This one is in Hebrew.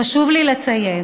חשוב לי לציין